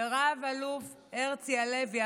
ורב-אלוף הרצי הלוי,